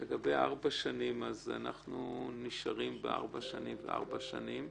אנחנו נשארים בארבע שנים וארבע שנים.